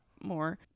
more